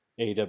AW